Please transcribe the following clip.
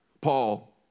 Paul